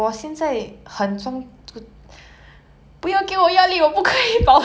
okay anyways